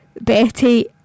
Betty